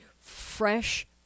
fresh